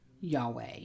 Yahweh